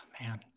man